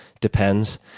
depends